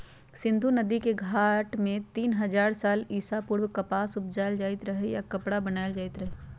सिंधु नदिके घाट में तीन हजार साल ईसा पूर्व कपास उपजायल जाइत रहै आऽ कपरा बनाएल जाइत रहै